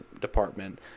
department